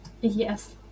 yes